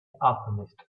alchemist